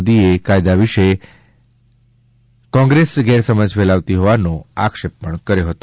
મોદીએ કાયદા વિશે કોંગ્રેસ ગેરસમજ ફેલાવતી હોવાનો આક્ષેપ કર્યો હતો